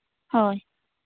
ᱦᱳᱭ